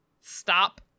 stop